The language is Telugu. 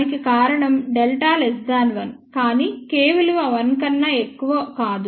దానికి కారణం Δ 1 కానీ K విలువ 1 కన్నా ఎక్కువ కాదు